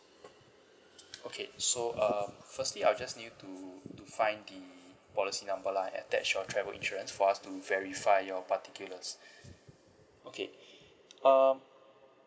okay so uh firstly I'll just need you to to find the policy number lah attach your travel insurance for us to verify your particulars okay um